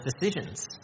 decisions